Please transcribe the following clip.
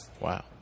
wow